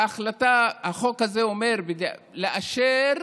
החוק הזה אומר לאשר